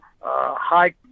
high